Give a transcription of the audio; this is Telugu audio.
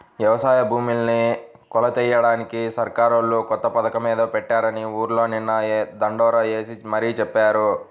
యవసాయ భూముల్ని కొలతలెయ్యడానికి సర్కారోళ్ళు కొత్త పథకమేదో పెట్టారని ఊర్లో నిన్న దండోరా యేసి మరీ చెప్పారు